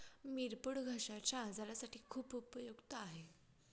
मिरपूड घश्याच्या आजारासाठी खूप उपयुक्त आहे